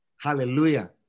Hallelujah